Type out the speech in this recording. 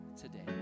today